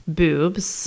boobs